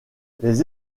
les